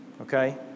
Okay